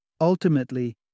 Ultimately